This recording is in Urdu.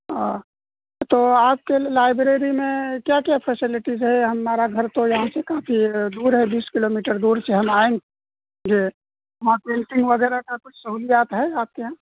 ہاں تو آپ کے لائبریری میں کیا کیا فیسلٹیز ہے ہمارا گھر تو یہاں سے کافی دور ہے بیس کلو میٹر دور سے ہم آئیں گے وہاں پرنٹنگ وغیرہ کا کچھ سہولیات ہے آپ کے یہاں